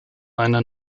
einer